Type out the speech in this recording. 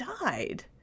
died